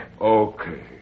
Okay